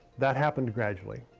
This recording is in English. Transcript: that happened gradually.